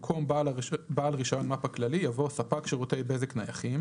במקום "בעל רישיון מפ"א כללי" יבוא "ספק שירותי בזק נייחים",